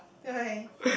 why